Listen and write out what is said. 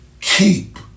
keep